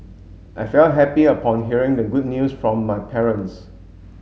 I felt happy upon hearing the good news from my parents